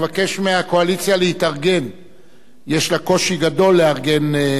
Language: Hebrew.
יש לה קושי גדול לארגן 26 חברים, זה לא פשוט.